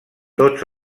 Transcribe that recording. tots